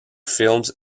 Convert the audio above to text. films